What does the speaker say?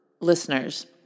Listeners